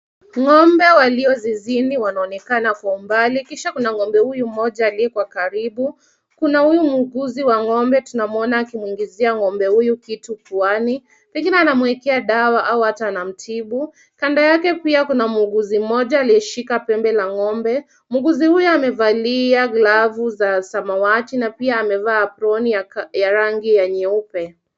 Ng'ombe waliozizini wanaonekana kwa umbali kisha kuna ng'ombe huyu mmoja aliye kwa karibu. Kuna huyu muuguzi wa ng'ombe tunamuona akimwingizia ng'ombe huyu kitu puani, pengine anamwekea dawa au ata anamtibu. Kando yake pia kuna muuguzi mmoja aliyeshika pembe la ng'ombe, muuguzi huyo amevalia glavu za samawati na pia amevaa aproni ya rangi ya nyeupe.